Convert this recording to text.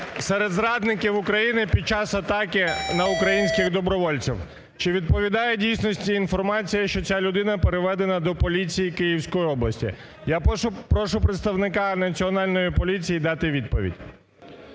серед зрадників України під час атаки на українських добровольців? Чи відповідає дійсності інформація, що ця людина переведена до поліції Київської області? Я прошу представника Національної поліції дати відповідь.